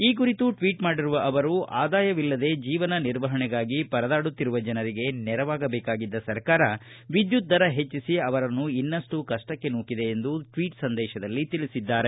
ಈ ಕುರಿತು ಟ್ವೀಟ್ ಮಾಡಿರುವ ಅವರು ಆದಾಯವಿಲ್ಲದೆ ಜೀವನ ನಿರ್ವಹಣೆಗಾಗಿ ಪರದಾಡುತ್ತಿರುವ ಜನರಿಗೆ ನೆರವಾಗಬೇಕಾಗಿದ್ದ ಸರ್ಕಾರ ವಿದ್ಯುತ್ ದರ ಹೆಚ್ಚಿಸಿ ಅವರನ್ನು ಇನ್ನಷ್ಟು ಕಷ್ಟಕ್ಕೆ ನೂಕಿದೆ ಎಂದು ಸಿದ್ದರಾಮಯ್ಕ ಟ್ವೀಟ್ ಸಂದೇಶದಲ್ಲಿ ತಿಳಿಸಿದ್ದಾರೆ